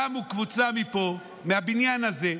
קמו קבוצה מפה, מהבניין הזה,